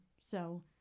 So-